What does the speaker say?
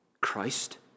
Christ